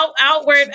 outward